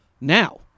now